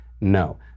No